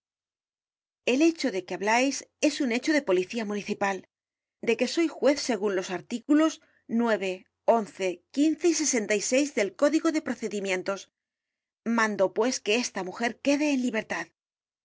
el hecho de que hablais es un hecho de policía municipal de que soy juez segun los artículos nueve once quince y sesenta y seis del código de procedimientos mando pues que esta mujer quede en libertad